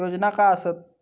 योजना काय आसत?